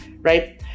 right